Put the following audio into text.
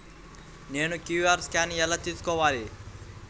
నేను QR scan ఎలా తీసుకోవాలి?